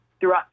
throughout